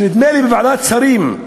נדמה לי שבוועדת שרים,